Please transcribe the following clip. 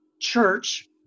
church